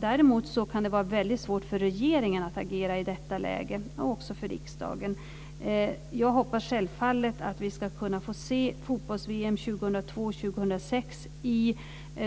Däremot kan det vara väldigt svårt för regeringen och också för riksdagen att agera i detta läge. Jag hoppas självfallet att vi ska kunna få se fotbolls-VM 2002 och 2006 i